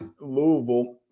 Louisville